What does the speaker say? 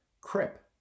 Crip